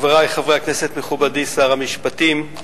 חברי חברי הכנסת, מכובדי שר המשפטים,